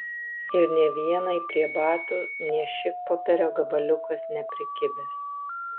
ir nė vienai prie batų nė šikpopierio gabaliukas neprikibęs